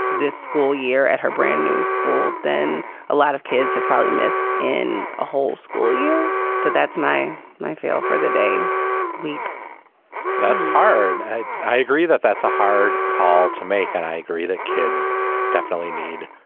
this school year at her brand new school than a lot of kids have probably missed in a whole school year so that's my my feel for the day week that's hard. i i agree that that's a hard call to make and i agree that kids definitely need